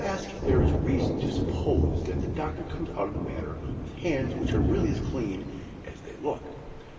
you ask if there is reason to suppose that the doctor comes out of the matter with hands which are really as clean as they look?